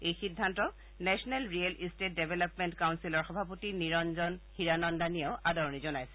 এই সিদ্ধান্তক national real estate development কাউপিলৰ সভাপতি নিৰঞ্জন হীৰানন্দানীয়েও আদৰণি জনাইছে